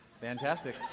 fantastic